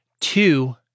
Two